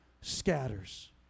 scatters